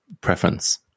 preference